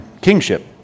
kingship